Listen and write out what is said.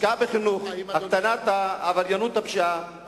השקעה בחינוך היא הקטנת העבריינות והפשיעה,